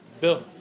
Bill